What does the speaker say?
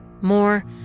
More